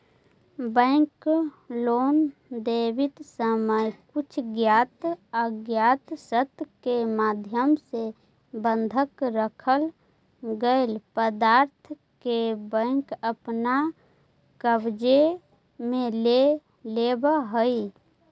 bank loan देवित समय कुछ ज्ञात अज्ञात शर्त के माध्यम से बंधक रखल गेल पदार्थ के बैंक अपन कब्जे में ले लेवऽ हइ